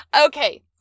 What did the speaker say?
okay